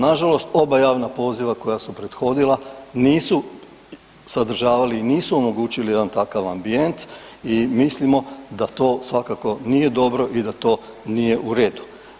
Nažalost oba javna poziva koja su prethodila nisu sadržavali i nisu omogućili i jedan takav ambijent i mislimo da to svakako nije dobro i da to nije u redu.